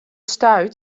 stuit